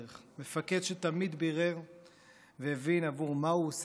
מפקד שתמיד בירר והבין עבור מה הוא עושה את שהוא עושה,